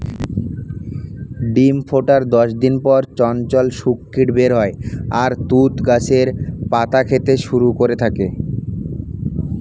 ডিম ফোটার দশ দিন পর চঞ্চল শূককীট বের হয় আর তুঁত গাছের পাতা খেতে শুরু করে থাকে